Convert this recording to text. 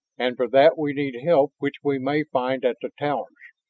and for that we need help which we may find at the towers.